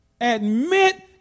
Admit